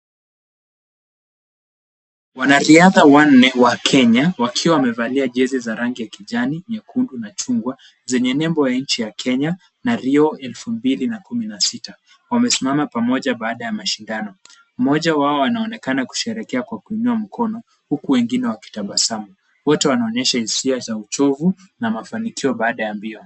Wanariadha wanne wa Kenya wakiwa wamevalia jezi za rangi ya kijani, nyekundu na chungwa zenye nembo ya nchi ya Kenya na Rio elfu mbili na kumi na sita. Wamesimama pamoja baada ya mashindano. Mmoja wao anaonekana kusherehekea kwa kuinua mkono huku wengine wakitabasamu. Wote wanaonyesha hisia za uchovu na mafanikio baada ya mbio.